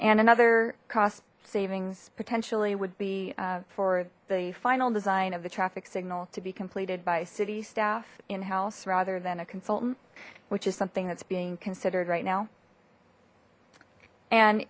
and another cost savings potentially would be for the final design of the traffic signal to be completed by city staff in house rather than a consultant which is something that's being considered right now and